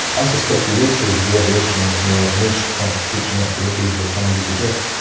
i suspect we will see the evolution of more niche type teaching activities of the kind you suggest.